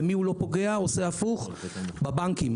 במי לא פוגע עושה הפוך בבנקים.